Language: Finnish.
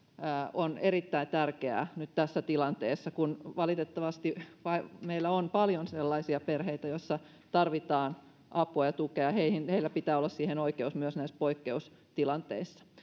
on erittäin tärkeää nyt tässä tilanteessa kun valitettavasti meillä on paljon sellaisia perheitä joissa tarvitaan apua ja tukea heillä pitää olla siihen oikeus myös näissä poikkeustilanteissa